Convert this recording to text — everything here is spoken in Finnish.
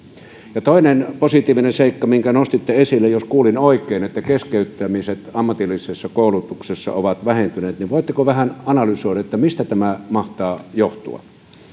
ja toinen positiivinen seikka minkä nostitte esille jos kuulin oikein oli että keskeyttämiset ammatillisessa koulutuksessa ovat vähentyneet voitteko vähän analysoida mistä tämä mahtaa johtua